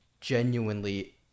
genuinely